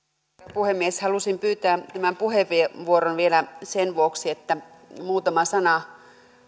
puhemies halusin pyytää tämän puheenvuoron vielä sen vuoksi että muutama sana